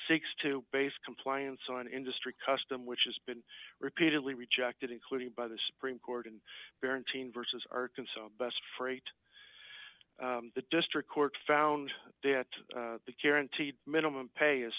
seeks to base compliance on industry custom which has been repeatedly rejected including by the supreme court in parenting versus arkansas best freight the district court found that the karen to minimum pay a